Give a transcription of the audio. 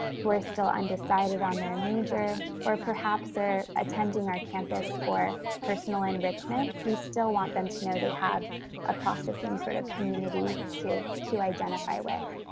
who are still undecided on their major, or perhaps are attending our campus for personal enrichment. we still want them to know they have a process in sort of community to to identify with.